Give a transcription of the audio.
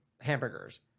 hamburgers